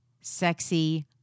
Sexy